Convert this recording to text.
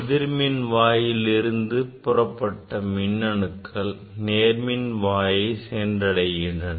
எதிர்மின் வாயிலிருந்து புறப்பட்ட மின்னணுக்கள் நேர்மின்வாயை சென்று அடைகின்றன